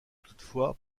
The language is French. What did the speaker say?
toutefois